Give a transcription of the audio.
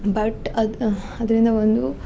but ಅದು ಅದರಿಂದ ಒಂದು